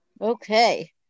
Okay